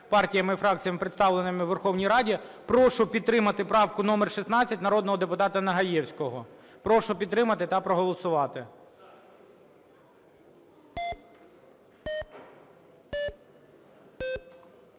голосування правку номер 12 народного депутата Нагаєвського. Прошу підтримати та проголосувати.